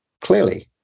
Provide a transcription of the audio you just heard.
clearly